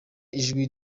ijwi